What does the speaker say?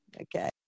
Okay